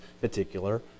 particular